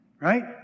Right